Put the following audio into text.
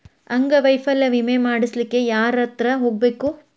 ಅಂಗವೈಫಲ್ಯ ವಿಮೆ ಮಾಡ್ಸ್ಲಿಕ್ಕೆ ಯಾರ್ಹತ್ರ ಹೊಗ್ಬ್ಖು?